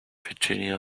virginia